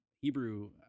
Hebrew